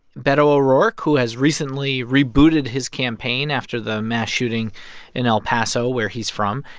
beto o'rourke, who has recently rebooted his campaign after the mass shooting in el paso, where he's from,